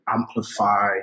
amplify